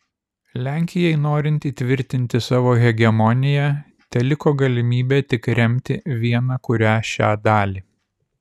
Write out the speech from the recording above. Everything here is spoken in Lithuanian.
lenkijai norint įtvirtinti savo hegemoniją teliko galimybė tik remti vieną kurią šią dalį